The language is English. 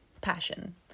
passion